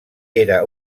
era